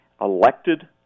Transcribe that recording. elected